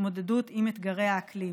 להתמודדות עם אתגרי האקלים.